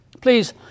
please